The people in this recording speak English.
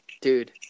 dude